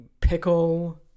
pickle